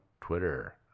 Twitter